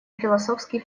философский